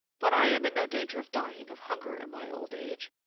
but i am in no danger of dying of hunger in my old age.